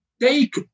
take